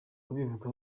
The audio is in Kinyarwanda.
kubivuga